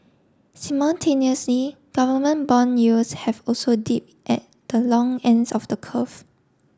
simultaneously government bond yields have also dipped at the long ends of the curve